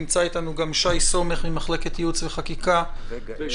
נמצא איתנו גם שי סומך ממחלקת ייעוץ וחקיקה של